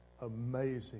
amazing